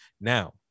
Now